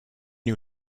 you